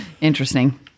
Interesting